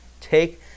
Take